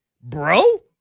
Bro